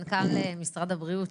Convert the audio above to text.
מנכ"ל משרד הבריאות,